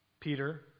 Peter